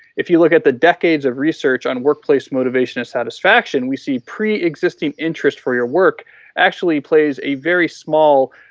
if you look at the decades of research on work place motivation and satisfaction we see preexisting interest for your work actually plays a very small,